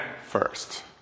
First